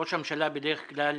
ראש הממשלה בדרך כלל